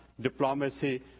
diplomacy